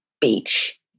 beach